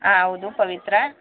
ಹಾಂ ಹೌದು ಪವಿತ್ರ